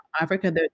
Africa